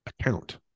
account